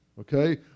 Okay